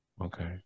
Okay